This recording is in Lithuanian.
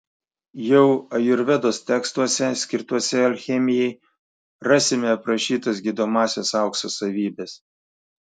jau ajurvedos tekstuose skirtuose alchemijai rasime aprašytas gydomąsias aukso savybes